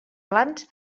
plans